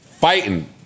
fighting